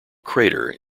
crater